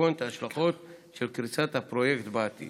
בחשבון את ההשלכות של קריסת הפרויקט בעתיד?